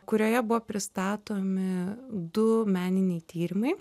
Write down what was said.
kurioje buvo pristatomi du meniniai tyrimai